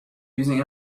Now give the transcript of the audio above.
using